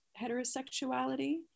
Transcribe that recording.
heterosexuality